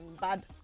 bad